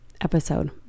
episode